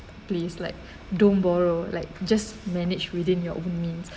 place like don't borrow like just manage within your means